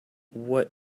what